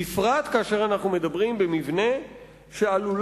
בפרט כאשר אנחנו מדברים על מבנה שעלולה